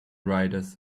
riders